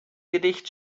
gedicht